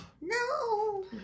No